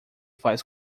faz